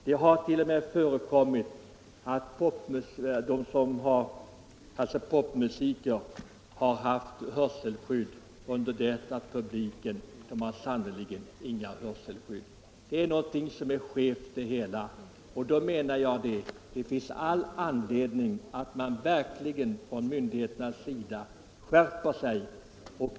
Det har t.o.m. förekommit att popmusiker har haft hörselskydd, men publiken har sannerligen inte några sådana. Någonting är skevt i det hela, och därför menar jag att myndigheterna verkligen har anledning att skärpa sig.